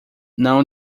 não